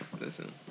listen